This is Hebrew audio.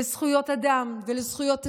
לזכויות אדם ולזכויות אזרח.